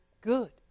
good